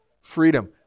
freedom